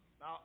Now